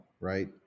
right